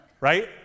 right